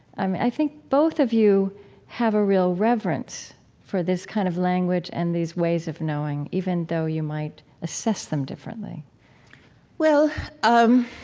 i think both of you have a real reverence for this kind of language and these ways of knowing, even though you might assess them differently um